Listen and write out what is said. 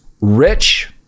rich